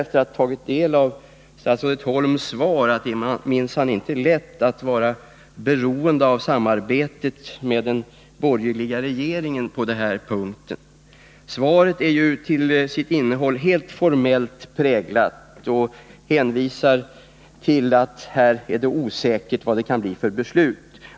Efter att ha tagit del av statsrådet Holms svar skulle jag vilja säga att det minsann inte är lätt att vara beroende av samarbetet med den borgerliga regeringen på den här punkten. Svaret är ju till sitt innehåll helt formellt, och där hänvisas till att det är osäkert hur beslutet kommer att bli.